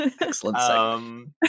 Excellent